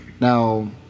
Now